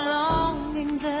longings